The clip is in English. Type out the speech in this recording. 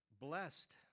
Blessed